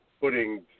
putting